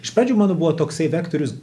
iš pradžių man buvo toksai vektorius